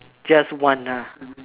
just one nah